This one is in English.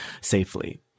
safely